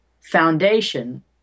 foundation